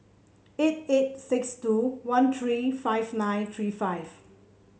eight eight six two one three five nine three five